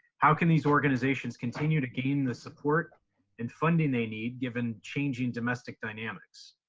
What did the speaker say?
how can these organizations continue to gain the support and funding they need given changing domestic dynamics?